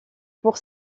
pour